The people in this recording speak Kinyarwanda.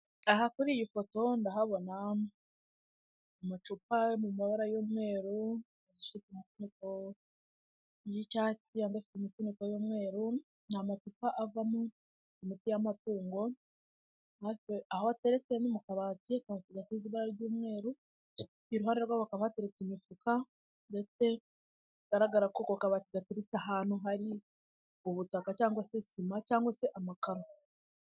Aha kuri iyi foto ndahabona amacupa mu mabara y'umweru, afite imifuniko y'icyatsi, andi afite imifuniko y'umweru, ni amacupa avamo imiti y'amatungo, aho ateretse ni mu kabati gafite ibara ry'umweru, iruhande rwaho hakaba hateretse imifuka ndetse bigaragara ko ku kabati gateretse ahantu hari ubutaka cyangwa se sima cyangwa se amakaro.